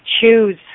Choose